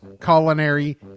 culinary